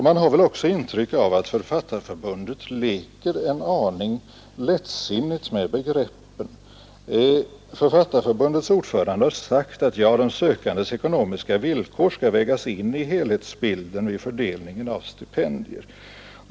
Man har väl också ett intryck av att Författarförbundet leker en aning lättsinnigt med begreppen. Författarförbundets ordförande har sagt att de sökandes ekonomiska villkor skall vägas in i helhetsbilden vid fördelningen av stipendier.